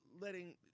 letting